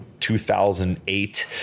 2008